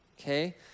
okay